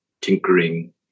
tinkering